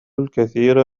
الكثير